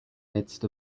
midst